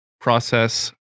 process